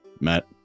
Matt